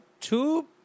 two